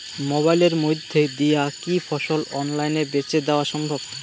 মোবাইলের মইধ্যে দিয়া কি ফসল অনলাইনে বেঁচে দেওয়া সম্ভব?